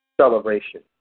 celebration